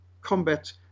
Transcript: combat